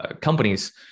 companies